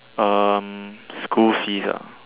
um school fees ah